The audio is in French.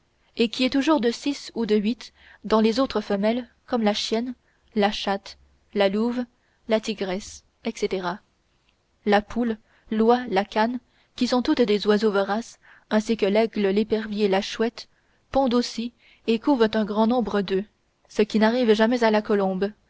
et qui est toujours de six ou de huit dans les autres femelles comme la chienne la chatte la louve la tigresse etc la poule l'oie la cane qui sont toutes des oiseaux voraces ainsi que l'aigle l'épervier la chouette pondent aussi et couvent un grand nombre d'œufs ce qui n'arrive jamais à la colombe